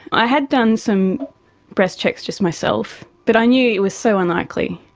i had done some breast checks just myself, but i knew it was so unlikely,